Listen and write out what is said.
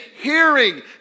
hearing